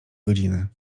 godziny